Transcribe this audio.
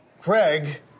Craig